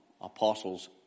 apostles